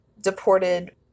deported